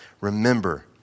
Remember